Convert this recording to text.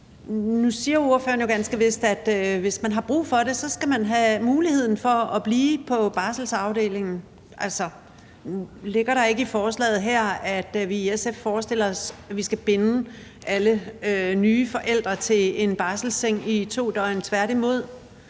Nu siger ordføreren jo ganske vist, at hvis man har brug for det, skal man have muligheden for at blive på barselsafdelingen. Nu ligger der ikke i forslaget her, at vi i SF forestiller os, at vi skal binde alle nye forældre til en barselsseng i 2 døgn, tværtimod.